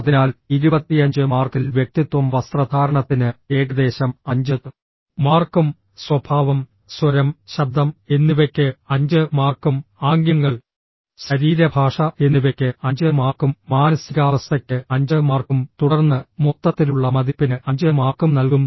അതിനാൽ 25 മാർക്കിൽ വ്യക്തിത്വം വസ്ത്രധാരണത്തിന് ഏകദേശം 5 മാർക്കും സ്വഭാവം സ്വരം ശബ്ദം എന്നിവയ്ക്ക് 5 മാർക്കും ആംഗ്യങ്ങൾ ശരീരഭാഷ എന്നിവയ്ക്ക് 5 മാർക്കും മാനസികാവസ്ഥയ്ക്ക് 5 മാർക്കും തുടർന്ന് മൊത്തത്തിലുള്ള മതിപ്പിന് 5 മാർക്കും നൽകും